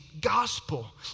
gospel